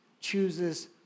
chooses